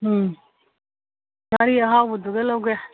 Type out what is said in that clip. ꯎꯝ ꯉꯥꯔꯤ ꯑꯍꯥꯎꯕꯗꯨꯒ ꯂꯧꯒꯦ